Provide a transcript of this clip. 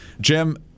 Jim